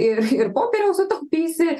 ir ir popieriaus sutaupysi